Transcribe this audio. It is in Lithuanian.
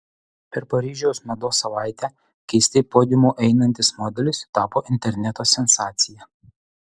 per paryžiaus mados savaitę keistai podiumu einantis modelis tapo interneto sensacija